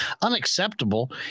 unacceptable